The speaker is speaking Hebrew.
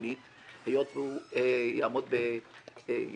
שנית, היות והוא יפעל בכפיפות